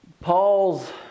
Paul's